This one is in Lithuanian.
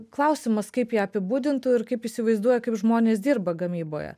klausimas kaip jie apibūdintų ir kaip įsivaizduoja kaip žmonės dirba gamyboje